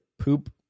poop